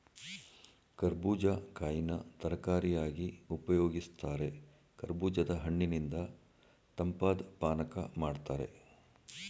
ಕರ್ಬೂಜ ಕಾಯಿನ ತರಕಾರಿಯಾಗಿ ಉಪಯೋಗಿಸ್ತಾರೆ ಕರ್ಬೂಜದ ಹಣ್ಣಿನಿಂದ ತಂಪಾದ್ ಪಾನಕ ಮಾಡ್ತಾರೆ